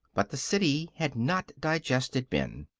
but the city had not digested ben.